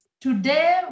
Today